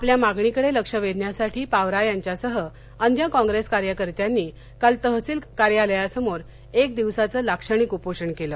आपल्या मागणीकडे लक्ष वेधण्यासाठी पावरा याच्यासह अन्य काँग्रेस कार्यकर्त्यांनी काल तहसील कार्यालयासमोर कि दिवसाचं लाक्षणिक उपोषण केलं